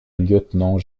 lieutenants